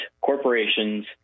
corporations